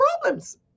problems